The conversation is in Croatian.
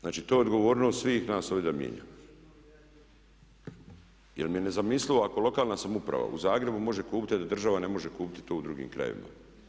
Znači, to je odgovornost svih nas ovdje da mijenjamo, jer mi je nezamislivo ako lokalna samouprava u Zagrebu može kupiti, a da država ne može kupiti to u drugim krajevima.